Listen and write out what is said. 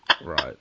Right